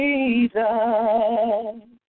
Jesus